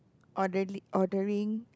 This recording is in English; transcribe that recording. orderi~ ordering